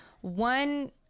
one